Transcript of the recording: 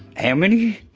how many?